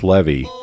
Levy